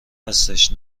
هستش